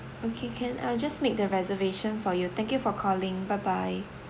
okay can I'll just make the reservation for you thank you for calling bye bye